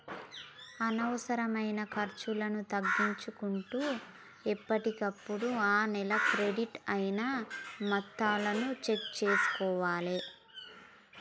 అనవసరమైన ఖర్చులను తగ్గించుకుంటూ ఎప్పటికప్పుడు ఆ నెల క్రెడిట్ అయిన మొత్తాలను చెక్ చేసుకోవాలే